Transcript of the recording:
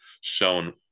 shown